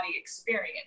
experience